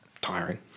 tiring